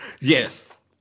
Yes